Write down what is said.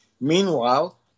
meanwhile